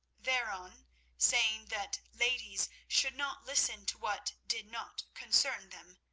thereon, saying that ladies should not listen to what did not concern them,